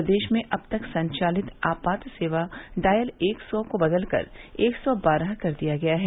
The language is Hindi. प्रदेश में अब तक संचालित आपात सेवा डॉयल सौ को बदल कर एक सौ बारह कर दिया गया है